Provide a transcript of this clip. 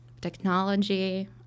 technology